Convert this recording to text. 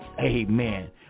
Amen